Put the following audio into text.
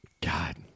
God